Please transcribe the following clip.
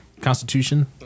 Constitution